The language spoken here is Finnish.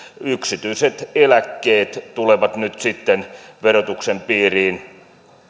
yksityiset eläkkeet tulevat nyt sitten verotuksen piiriin